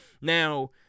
Now